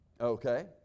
Okay